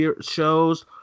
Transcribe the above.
shows